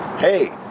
Hey